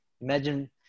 Imagine